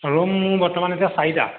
room মোৰ বৰ্তমান এতিয়া চাৰিটা